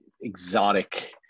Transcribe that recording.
exotic